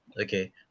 Okay